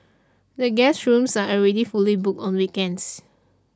the guest rooms are already fully booked on weekends